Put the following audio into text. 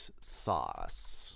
Sauce